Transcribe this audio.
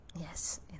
Yes